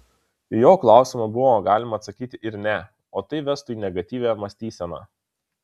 į jo klausimą buvo galima atsakyti ir ne o tai vestų į negatyvią mąstyseną